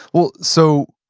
well, so,